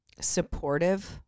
supportive